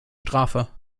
strafe